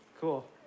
Cool